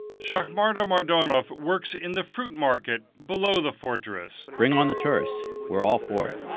shakmarda mardonov works in the fruit market below the fortress. bring on the tourists. we're all for it.